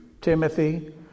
Timothy